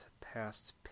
past